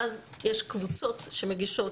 ואז יש קבוצות יש קבוצות שמגישות